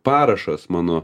parašas mano